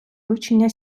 вивчення